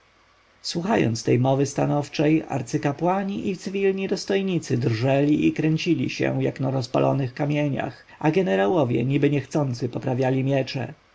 słuchając tej mowy stanowczej arcykapłani i cywilni dostojnicy drżeli i kręcili się jak na rozpalonych kamieniach a jenerałowie niby niechcący poprawiali miecze